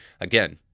Again